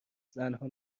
زنها